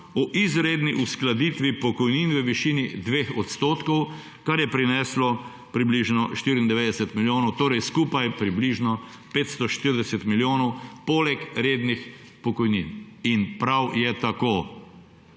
o izredni uskladitvi pokojnin v višini 2 %, kar je prineslo približno 94 milijonov, torej skupaj približno 540 milijonov poleg rednih pokojnin. In prav je tako.